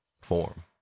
form